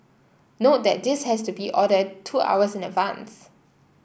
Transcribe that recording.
note that this has to be ordered two hours in advance